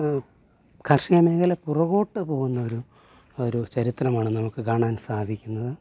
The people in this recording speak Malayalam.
കർഷിക മേഖല പുറകോട്ട് പോകുന്ന ഒരു ഒരു ചരിത്രമാണ് നമുക്ക് കാണാൻ സാധിക്കുന്നത്